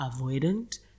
avoidant